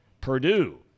Purdue